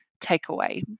takeaway